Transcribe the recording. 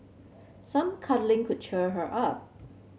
some cuddling could cheer her up